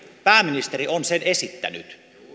pääministeri on sen esittänyt